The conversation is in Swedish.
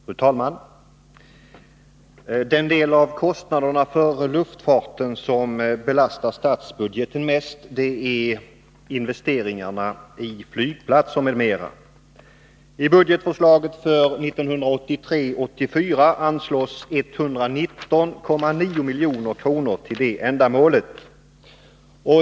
Fru talman! Den del av kostnaderna för luftfarten som belastar statsbudgeten mest är investeringar i flygplatser m.m. I budgetförslaget för 1983/84 anslås 119,9 milj.kr. till detta ändamål.